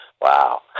Wow